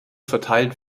verteilt